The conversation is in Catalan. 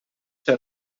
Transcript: fer